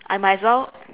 I might as well